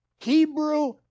Hebrew